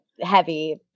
heavy